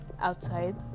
outside